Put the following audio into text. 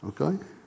Okay